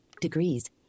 Degrees